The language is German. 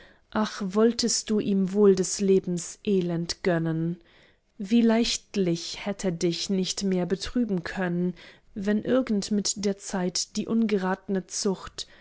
ach wolltest du ihm wohl des lebens elend gönnen wie leichtlich hätt er dich nicht mehr betrüben können wenn irgend mit der zeit die ungeratne zucht